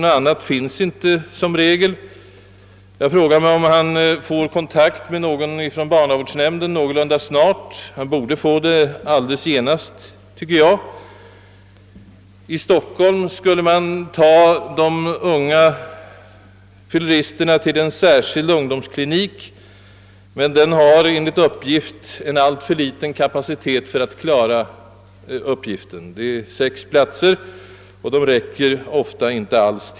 Någon annan åtgärd finns det som regel ingen möjlighet att vidta. Men får han någorlunda snart kontakt med någon person i barnavårdsnämnden? Det anser jag att han i varje fall borde få genast. Här i Stockholm skall de unga fylleristerna föras till en särskild ungdomsklinik, men den har alltför liten kapacitet för att klara den uppgiften. Kliniken lär ha bara sex platser, och de räcker ofta inte alls.